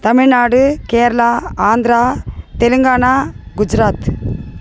Tamil Nadu Kerala Andhra Telangana Gujarat